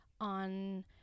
on